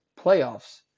playoffs